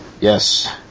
Yes